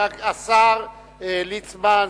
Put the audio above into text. השר יעקב ליצמן,